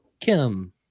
Kim